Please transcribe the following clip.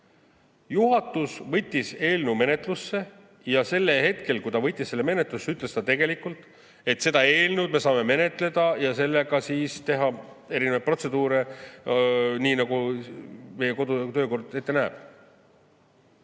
Juhatus võttis eelnõu menetlusse ja sellel hetkel, kui ta võttis selle menetlusse, ütles ta tegelikult, et seda eelnõu me saame menetleda ja sellega siis teha erinevaid protseduure, nii nagu meie kodu‑ ja töökord ette näeb.